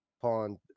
pond